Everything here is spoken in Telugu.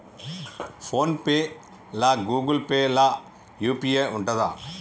ఫోన్ పే లా గూగుల్ పే లా యూ.పీ.ఐ ఉంటదా?